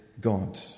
God